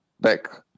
Back